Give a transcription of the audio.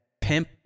pimp